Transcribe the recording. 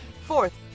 Fourth